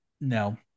No